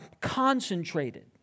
concentrated